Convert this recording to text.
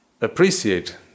appreciate